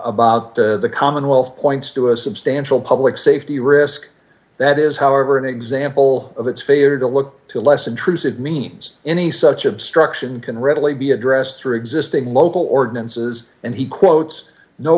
about the commonwealth points to a substantial public safety risk that is however an example of its failure to look to a less intrusive means any such obstruction can readily be addressed through existing local ordinances and he quotes no